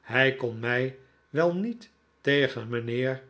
hij kon mij wel niet tegen mijnheer